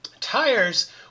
tires